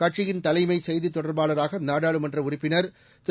கட்சியின் தலைமை செய்தி தொடர்பாளராக நாடாளுமன்ற உறுப்பினர் திரு